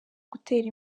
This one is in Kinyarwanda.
gutera